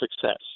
success